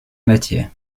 matière